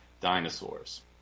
dinosaurs